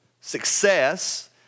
success